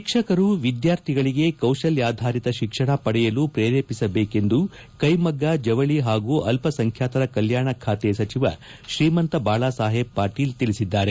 ಶಿಕ್ಷಕರು ವಿದ್ಯಾರ್ಥಿಗಳಿಗೆ ಕೌರಲ್ಡಾಧಾರಿತ ಶಿಕ್ಷಣ ಪಡೆಯಲು ಪ್ರೇರೇಪಿಸಬೇಕೆಂದು ಕೈಮಗ್ಗ ಜವಳಿ ಪಾಗೂ ಅಲ್ಪಸಂಖ್ಯಾತರ ಕಲ್ಕಾಣ ಖಾತೆ ಸಚಿವ ಶ್ರೀಮಂತ ಬಾಳಾಸಾಹೇಬ ಪಾಟೀಲ ತಿಳಿಸಿದರು